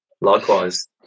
likewise